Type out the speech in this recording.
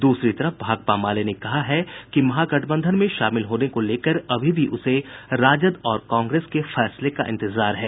दूसरी तरफ भाकपा माले ने कहा है कि महागठबंधन में शामिल होने को लेकर अभी भी उसे राजद और कांग्रेस के फैसले का इंतजार है